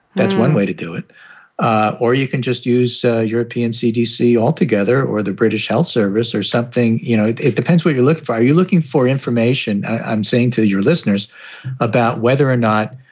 that's one way to do it ah or you can just use european cdc altogether or the british health service or something. you know, it depends where you look for you're looking for information i'm saying to your listeners about whether or not